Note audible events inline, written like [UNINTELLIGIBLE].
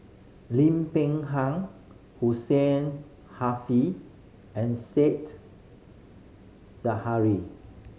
Lim Peng Han Hussein [UNINTELLIGIBLE] and Said Zahari